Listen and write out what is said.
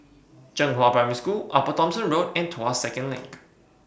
Zhenghua Primary School Upper Thomson Road and Tuas Second LINK